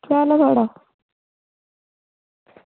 केह् हाल ऐ थुआढ़ा